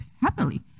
happily